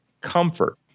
comfort